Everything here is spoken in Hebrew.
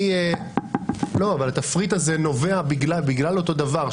אבל התפריט הזה נובע בגלל אותו דבר,